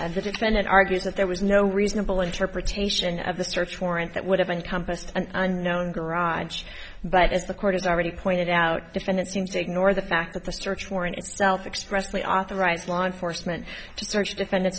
defendant argues that there was no reasonable interpretation of the search warrant that would have been compassed an unknown garage but as the court has already pointed out defendant seems to ignore the fact that the search warrant itself expressly authorized law enforcement to search defend